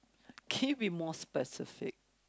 can you be more specific